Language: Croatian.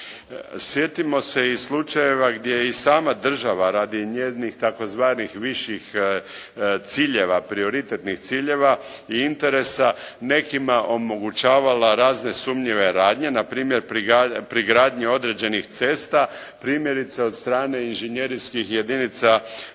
Sjetimo se i slučajeva gdje i sama država radi njenih tzv. viših ciljeve, prioritetnih ciljeva i interesa nekima omogućavala razne sumnjive radnje npr. pri gradnji određenih cesta primjerice od strane inženjerijskih jedinica Hrvatske